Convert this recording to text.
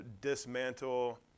dismantle